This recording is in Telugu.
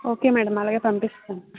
ఓకే మ్యాడం అలాగే పంపిస్తాం